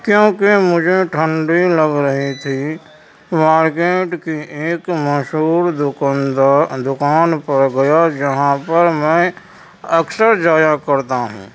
کیونکہ مجھے ٹھنڈی لگ رہی تھی مارکیٹ کی ایک مشہور دکان دار دکان پر گیا جہاں پر میں اکثر جایا کرتا ہوں